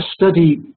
study